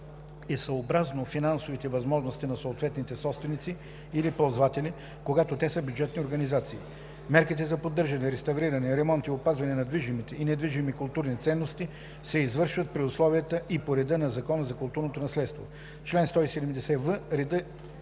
е съобразно финансовите възможности на съответните собственици или ползватели, когато те са бюджетни организации. Мерките за поддържане, реставриране, ремонт и опазване на движимите и недвижимите културни ценности се извършват при условията и по реда на Закона за културното наследство. Чл. 170в. Редът